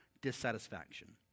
dissatisfaction